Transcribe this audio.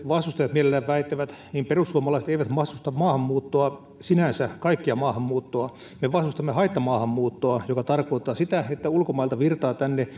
mielellään väittävät perussuomalaiset eivät vastusta maahanmuuttoa sinänsä kaikkea maahanmuuttoa me vastustamme haittamaahanmuuttoa joka tarkoittaa sitä että ulkomailta virtaa tänne